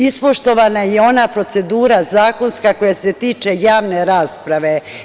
Ispoštovana je i ona procedura zakonska koja se tiče javne rasprave.